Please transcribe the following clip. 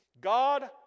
God